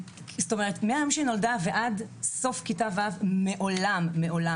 מהיום שהיא נולדה ועד סוף כיתה ו' מעולם מעולם